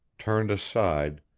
turned aside,